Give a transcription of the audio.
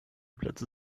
plätze